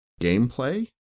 gameplay